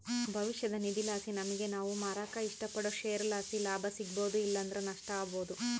ಭವಿಷ್ಯದ ನಿಧಿಲಾಸಿ ನಮಿಗೆ ನಾವು ಮಾರಾಕ ಇಷ್ಟಪಡೋ ಷೇರುಲಾಸಿ ಲಾಭ ಸಿಗ್ಬೋದು ಇಲ್ಲಂದ್ರ ನಷ್ಟ ಆಬೋದು